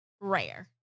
rare